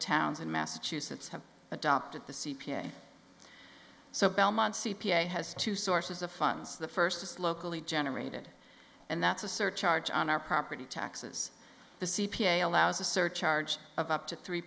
towns in massachusetts have adopted the c p a so belmont c p a has two sources of funds the first is locally generated and that's a surcharge on our property taxes the c p a allows a surcharge of up to three